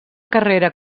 carrera